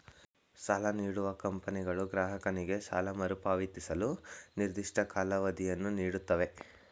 ಸಾಲ ನೀಡುವ ಕಂಪನಿಗಳು ಗ್ರಾಹಕನಿಗೆ ಸಾಲ ಮರುಪಾವತಿಸಲು ನಿರ್ದಿಷ್ಟ ಕಾಲಾವಧಿಯನ್ನು ನೀಡುತ್ತವೆ